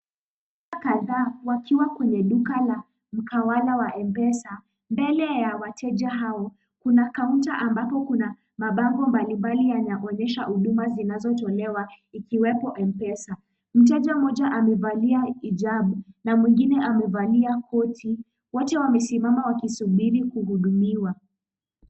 Wateja kadhaa wakiwa kwenye duka la mkawala wa M-Pesa. Mbele ya wateja hao kuna kaunta ambapo kuna mabango mbalimbali yanaonyesha huduma zinazotolewa ikiwepo M-Pesa. Mteja mmoja amevalia hijabu na mwingine amevalia koti. Wote wamesimama wakisubiri kuhudumiwa.